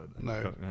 no